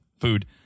food